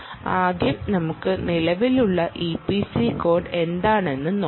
ആദ്യം നമുക്ക് നിലവിലുള്ള ഇപിസി കോഡ് എന്താണെന്ന് നോക്കാം